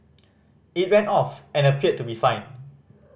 it ran off and appeared to be fine